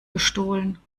gestohlen